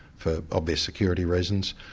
for obvious security reasons.